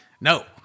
No